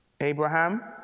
Abraham